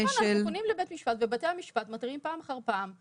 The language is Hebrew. לבית המשפט ובתי המשפט מתריעים פעם אחר פעם,